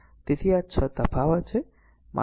તેથી 6 તફાવત છે